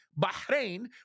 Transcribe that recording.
Bahrain